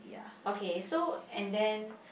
okay so and then